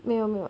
没有 boh